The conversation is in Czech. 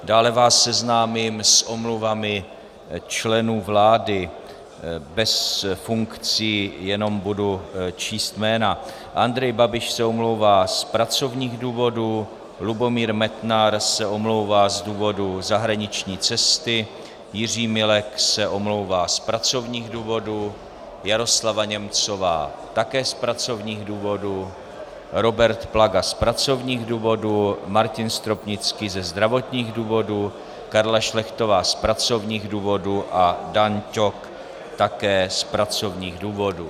Dále vás seznámím s omluvami členů vlády, bez funkcí, jenom budu číst jména: Andrej Babiš se omlouvá z pracovních důvodů, Lubomír Metnar se omlouvá z důvodu zahraniční cesty, Jiří Milek se omlouvá z pracovních důvodů, Jaroslava Němcová také z pracovních důvodů, Robert Plaga z pracovních důvodů, Martin Stropnický ze zdravotních důvodů, Karla Šlechtová z pracovních důvodů a Dan Ťok také z pracovních důvodů.